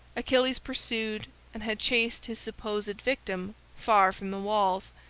achilles pursued and had chased his supposed victim far from the walls,